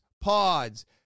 pods